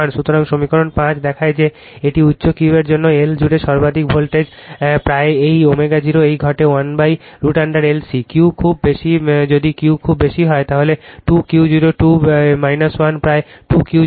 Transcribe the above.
সুতরাং সমীকরণ 5 দেখায় যে একটি উচ্চ Q এর জন্য L জুড়ে সর্বাধিক ভোল্টেজ প্রায় এই ω0 এ ঘটে 1√L C Q খুব বেশি যদি Q খুব বেশি হয় তাহলে 2 Q0 2 কী কল 1 প্রায় 2 Q0 2